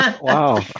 Wow